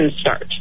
start